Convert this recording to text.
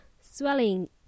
Swelling